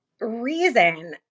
reason